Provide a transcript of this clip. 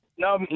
No